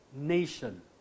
nation